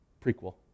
Prequel